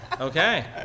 okay